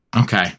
Okay